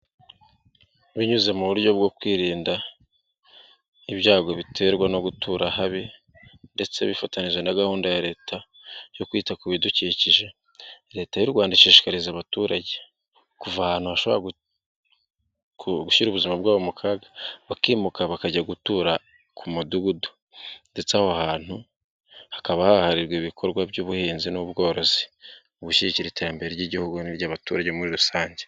Binyuze mu buryo bwo kwirinda ibyago biterwa no gutura habi ndetse bifatanyije na gahunda ya leta yo kwita ku bidukikije, leta y'u Rwanda ishishikariza abaturage kuva ahantu hashobora gushyira ubuzima bwabo mu kaga, bakimuka bakajya gutura ku mudugudu ndetse aho hantu hakaba haharirwa ibikorwa by'ubuhinzi n'ubworozi mu gushyigikira iterambere ry'igihugu n'iby'abaturage muri rusange.